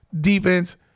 defense